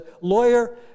lawyer